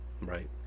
right